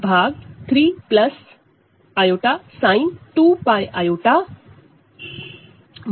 यह cos 2𝝅 3 i sin 2𝝅 i 3 है